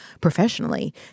professionally